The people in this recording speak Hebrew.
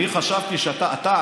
אני חשבתי שאתה,